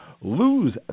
lose